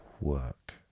work